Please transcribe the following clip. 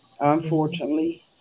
Unfortunately